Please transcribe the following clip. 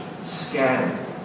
scattered